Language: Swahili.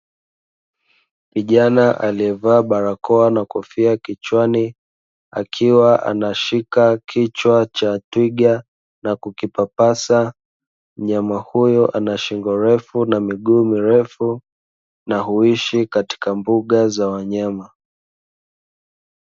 Kijana aliyevaa barakoa na kofia kichwani, akiwa anashika kichwa cha twiga na kukipapasa, mnyama huyo ana shingo ndefu na miguu mirefu, na huishi katika mbuga za wanyama.